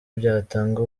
byatanga